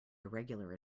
irregular